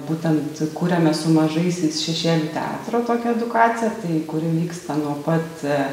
būtent kuriame su mažaisiais šešėlių teatro tokią edukaciją tai kuri vyksta nuo pat